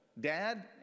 Dad